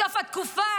בסוף התקופה